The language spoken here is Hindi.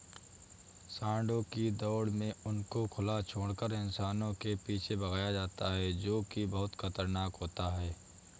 सांडों की दौड़ में उनको खुला छोड़कर इंसानों के पीछे भगाया जाता है जो की बहुत खतरनाक होता है